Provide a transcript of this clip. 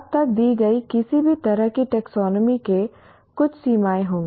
अब तक दी गई किसी भी तरह की टैक्सोनॉमी के कुछ सीमाएं होंगी